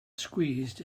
squeezed